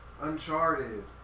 Uncharted